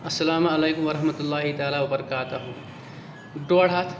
اَسَلام علیکُم ورحمتُہ اللہ تعالٰی وَبَرَکاتَہُ ڈۄڑ ہَتھ